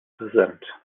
präsent